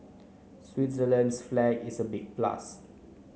Switzerland's flag is a big plus